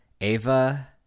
Ava